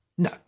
No